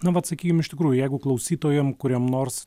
nu vat sakykim iš tikrųjų jeigu klausytojiem kuriem nors